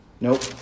nope